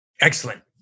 Excellent